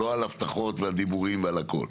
לא על הבטחות ועל דיבורים ועל הכל.